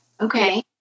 Okay